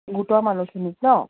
গোটৰ মানুহখিনিক ন